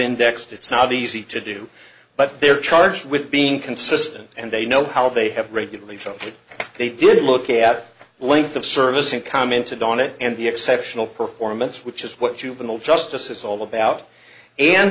indexed it's not easy to do but they're charged with being consistent and they know how they have regularly so they did look at length of service and commented on it and the exceptional performance which is what juvenile justice is all about and